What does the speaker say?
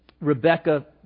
Rebecca